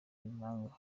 impanga